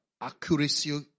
accuracy